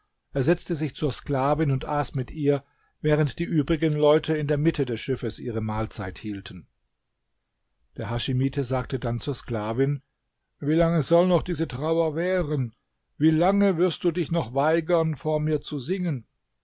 er setzte sich zur sklavin und aß mit ihr während die übrigen leute in der mitte des schiffes ihre mahlzeit hielten der haschimite sagte dann zur sklavin wie lange soll noch diese trauer währen wie lange wirst du dich noch weigern vor mir zu singen